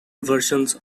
versions